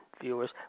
viewers